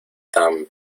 tan